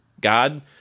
God